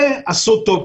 זה עשו טוב.